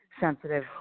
sensitive